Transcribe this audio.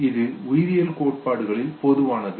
இது உயிரியல் கோட்பாடுகளில் பொதுவானது